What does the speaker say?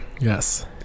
Yes